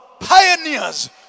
Pioneers